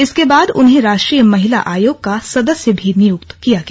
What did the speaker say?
इसके बाद उन्हें राष्ट्रीय महिला आयोग का सदस्य भी नियुक्त किया गया